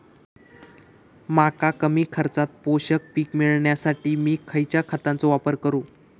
मका कमी खर्चात पोषक पीक मिळण्यासाठी मी खैयच्या खतांचो वापर करू?